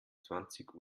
zwanzig